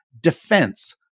defense